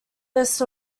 list